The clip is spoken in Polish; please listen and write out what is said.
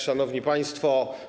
Szanowni Państwo!